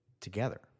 together